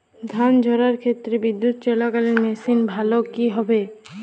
ধান ঝারার ক্ষেত্রে বিদুৎচালীত মেশিন ভালো কি হবে?